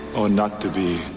or not to be